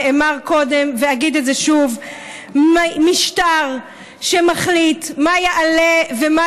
נאמר קודם ואגיד את זה שוב: משטר שמחליט מה יעלה ומה